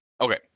Okay